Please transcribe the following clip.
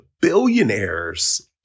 billionaires